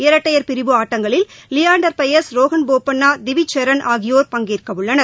இரட்டையர் பிரிவு ஆட்டங்களில் லியாண்டர் பயஸ் ரோஹன் போப்பண்ணா திவிஜ் சரண் ஆகியோர் பங்கேற்க உள்ளனர்